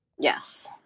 Yes